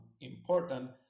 important